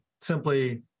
simply